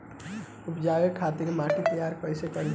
उपजाये खातिर माटी तैयारी कइसे करी?